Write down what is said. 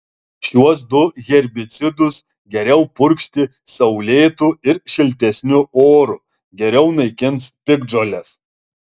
šiuos du herbicidus geriau purkšti saulėtu ir šiltesniu oru geriau naikins piktžoles